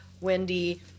wendy